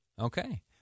Okay